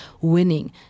winning